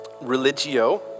religio